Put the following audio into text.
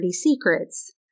secrets